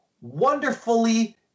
wonderfully